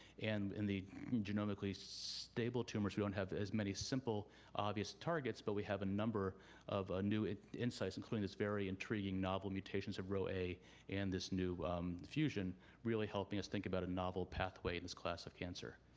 and in the genomically stable tumors we don't have as many simple obvious targets, but we have a number of ah new insights including this very intriguing novel mutations of row a and this new fusion really helping us think about a novel pathway in this class of cancer.